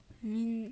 you mean